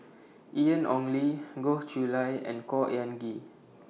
Ian Ong Li Goh Chiew Lye and Khor Ean Ghee